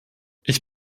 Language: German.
ich